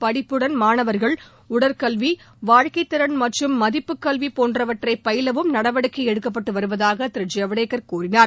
படிப்புடன் மாணவர்கள் உடற்கல்வி வாழ்க்கைத்திறன் மற்றும் மதிப்புக் கல்வி போன்றவற்றை பயிலவும் நடவடிக்கை எடுக்கப்பட்டு வருவதாக திரு ஜவ்டேகர் கூறினார்